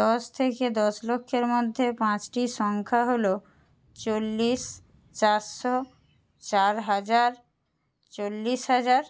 দশ থেকে দশ লক্ষের মধ্যে পাঁচটি সংখ্যা হল চল্লিশ চারশো চার হাজার চল্লিশ হাজার